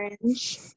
orange